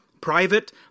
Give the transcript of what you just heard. private